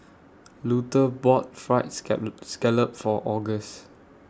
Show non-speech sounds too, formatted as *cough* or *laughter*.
Luther bought Fried *unintelligible* Scallop For August